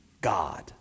God